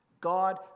God